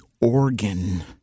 organ